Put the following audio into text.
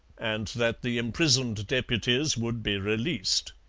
and that the imprisoned deputies would be released.